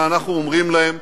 ואנחנו אומרים להם: